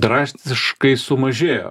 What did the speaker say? drastiškai sumažėjo